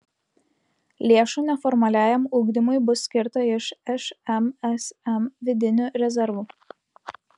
lėšų neformaliajam ugdymui bus skirta iš šmsm vidinių rezervų